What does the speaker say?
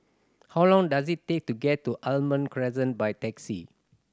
how long does it take to get to Almond Crescent by taxi